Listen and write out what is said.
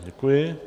Děkuji.